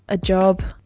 a job,